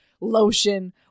lotion